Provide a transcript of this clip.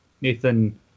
Nathan